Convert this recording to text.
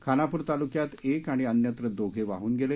खानापूर तालुक्यात एक आणि अन्यत्र दोघे वाहून गेले